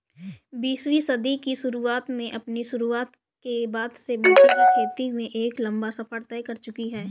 बीसवीं सदी की शुरुआत में अपनी शुरुआत के बाद से मोती की खेती एक लंबा सफर तय कर चुकी है